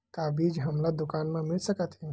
का बीज हमला दुकान म मिल सकत हे?